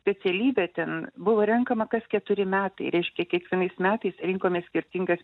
specialybė ten buvo renkama kas keturi metai reiškia kiekvienais metais rinkomės skirtingas